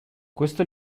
questo